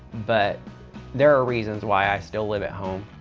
but there are reasons why i still live at home.